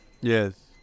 Yes